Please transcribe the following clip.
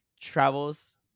travels